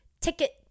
ticket